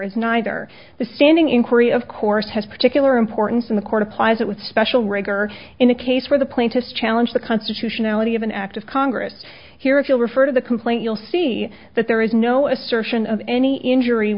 neither the standing inquiry of course has particular importance in the court applies it with special rigor in a case where the plaintiffs challenge the constitutionality of an act of congress here if you'll refer to the complaint you'll see that there is no assertion of any injury